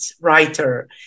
writer